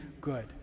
good